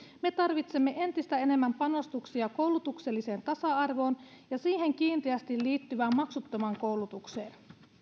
me tarvitsemme entistä enemmän panostuksia koulutukselliseen tasa arvoon ja siihen kiinteästi liittyvään maksuttomaan koulutukseen